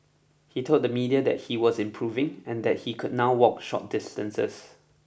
he told the media that he was improving and that he could now walk short distances